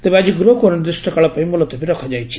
ତେବେ ଆକି ଗୃହକୁ ଅନିର୍ଦ୍ଦିଷ୍ କାଳ ପାଇଁ ମୁଲତବୀ ରଖାଯାଇଛି